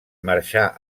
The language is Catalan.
marxà